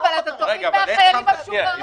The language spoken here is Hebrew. לא, אבל אתה תוריד מהחיילים המשוחררים.